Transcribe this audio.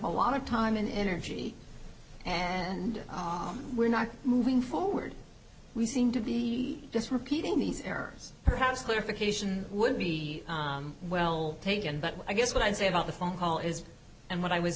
a lot of time and energy and we're not moving forward we seem to be just repeating these errors perhaps clarification would be well taken but i guess what i'd say about the phone call is and what i was